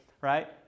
right